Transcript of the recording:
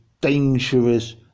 dangerous